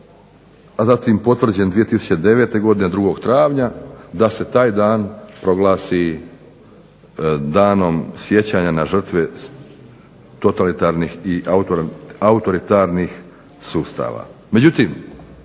a zatim potvrđen 2009. godine 2. travnja da se taj dan proglasi Danom sjećanja na žrtve totalitarnih i autoritarnih sustava. Međutim,